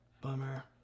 Bummer